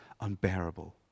unbearable